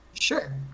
sure